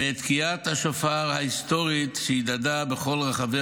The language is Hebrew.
ואת תקיעת השופר ההיסטורית שהדהדה בכל רחבי